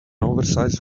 oversize